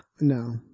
No